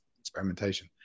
experimentation